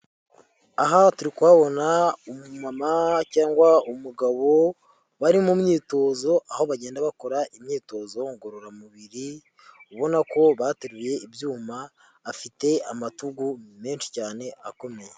Aha turi kuhabona umumama cyangwa umugabo bari mu myitozo, aho bagenda bakora imyitozo ngororamubiri, ubona ko bateruye ibyuma afite amatugu menshi cyane akomeye.